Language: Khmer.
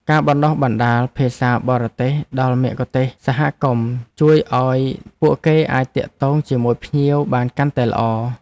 ការបណ្តុះបណ្តាលភាសាបរទេសដល់មគ្គុទ្ទេសក៍សហគមន៍ជួយឱ្យពួកគេអាចទាក់ទងជាមួយភ្ញៀវបានកាន់តែល្អ។